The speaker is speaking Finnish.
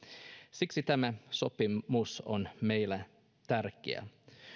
siksi tämä sopimus on meille tärkeä